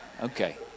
Okay